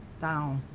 down,